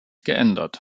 geändert